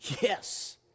Yes